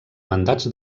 mandats